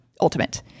Ultimate